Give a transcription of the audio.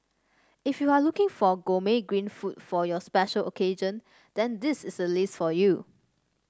if you are looking for gourmet green food for your special occasion then this is a list for you